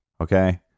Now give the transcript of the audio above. Okay